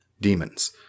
demons